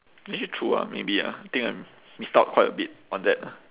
actually true ah maybe ah think I missed out quite a bit on that lah